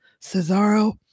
Cesaro